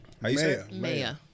Maya